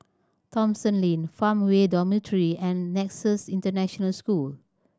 Thomson Lane Farmway Dormitory and Nexus International School